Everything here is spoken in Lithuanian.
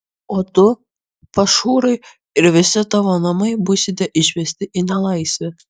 o tu pašhūrai ir visi tavo namai būsite išvesti į nelaisvę